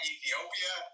Ethiopia